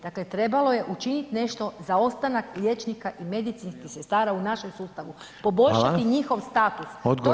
Dakle trebalo je učiniti nešto za ostanak liječnika i medicinskih sestara u našem sustavu, poboljšati njihov status.